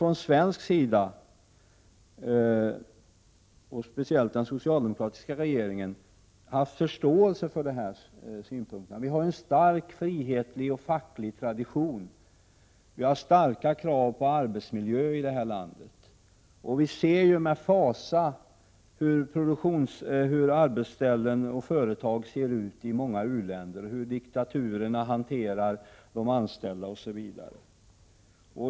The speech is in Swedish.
Från svensk sida, och speciellt från den socialdemokratiska regeringens sida, har dessa synpunkter mött förståelse. Vi har ju en stark frihetlig och facklig tradition. Dessutom ställer vi hårda krav på arbetsmiljön i det här landet. Vi ser också med fasa hur arbetsställen och företag kan se ut i många u-länder, hur diktaturer behandlar anställda osv.